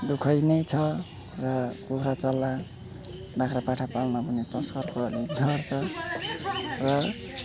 दुःख नै छ र अब कुखुरा चल्ला बाख्रा पाठा पाल्न पनि तस्करको डर छ र